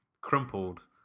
crumpled